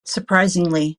surprisingly